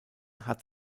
hat